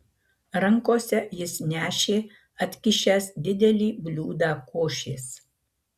rankose jis nešė atkišęs didelį bliūdą košės